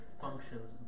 functions